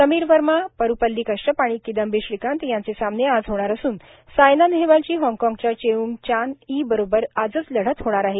समीर वर्मा परुपल्ली कश्यप आणि किदंबी श्रीकांत यांचे सामने आज होणार असून सायना नेहवालची हॉगकॉंगच्या चेऊंग नान ई बरोबर आजच लढत होणार आहे